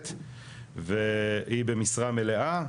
והיא במשרה מלאה,